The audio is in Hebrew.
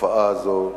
לתופעה הזאת,